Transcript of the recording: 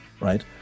right